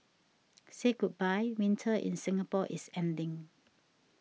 say goodbye winter in Singapore is ending